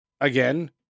again